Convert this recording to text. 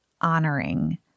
honoring